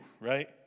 right